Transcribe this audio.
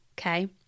okay